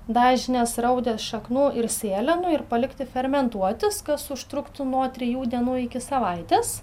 daržinės raudės šaknų ir sėlenų ir palikti fermentuotis kas užtruktų nuo trijų dienų iki savaitės